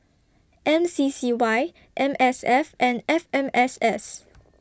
M C C Y M S F and F M S S